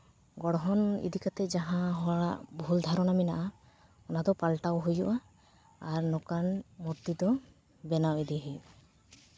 ᱜᱚᱲᱦᱚᱱ ᱤᱫᱤ ᱠᱟᱛᱮᱫ ᱡᱟᱦᱟᱸ ᱦᱚᱲᱟᱜ ᱵᱷᱩᱞ ᱫᱷᱟᱨᱚᱱᱟ ᱢᱮᱱᱟᱜᱼᱟ ᱚᱱᱟ ᱫᱚ ᱯᱟᱞᱴᱟᱣ ᱦᱩᱭᱩᱜᱼᱟ ᱟᱨ ᱱᱚᱝᱠᱟᱱ ᱢᱩᱨᱛᱤ ᱫᱚ ᱵᱮᱱᱟᱣ ᱤᱫᱤ ᱦᱩᱭᱩᱜᱼᱟ